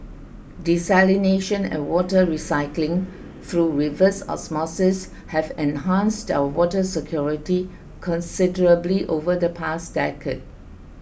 desalination and water recycling through reverse osmosis have enhanced our water security considerably over the past decade